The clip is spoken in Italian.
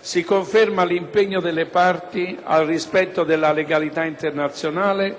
Si conferma l'impegno delle parti al rispetto della legalità internazionale